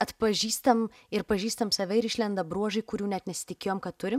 atpažįstam ir pažįstam save ir išlenda bruožai kurių net nesitikėjom kad turim